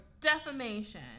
defamation